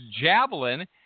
javelin